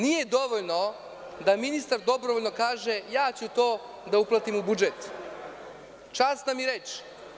Nije dovoljno da ministar dobrovoljno kaže – ja ću to da uplatim u budžet, časna mi reč.